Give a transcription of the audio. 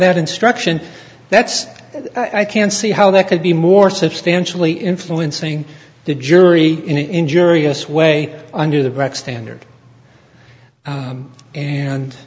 that instruction that's i can't see how that could be more substantially influencing the jury injurious way under